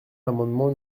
l’amendement